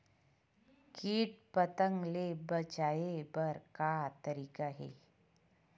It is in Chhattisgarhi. कीट पंतगा ले बचाय बर का तरीका हे?